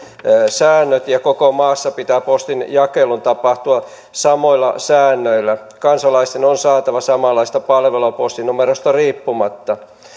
säännöt ja koko maassa pitää postinjakelun tapahtua samoilla säännöillä kansalaisten on saatava samanlaista palvelua postinumerosta riippumatta